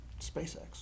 SpaceX